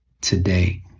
today